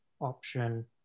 option